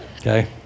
Okay